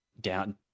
down